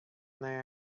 there